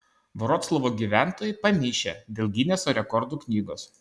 vroclavo gyventojai pamišę dėl gineso rekordų knygos